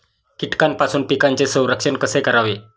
कीटकांपासून पिकांचे संरक्षण कसे करावे?